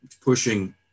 pushing